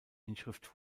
inschrift